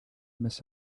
miss